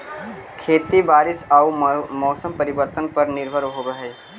खेती बारिश आऊ मौसम परिवर्तन पर निर्भर होव हई